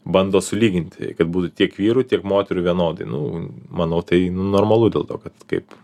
bando sulyginti kad būtų tiek vyrų tiek moterų vienodai nu manau tai normalu dėl to kad kaip